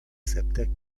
sepdek